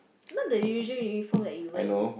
not the usual uniform that you wear you know